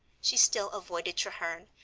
she still avoided treherne,